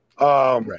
Right